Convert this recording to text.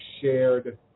shared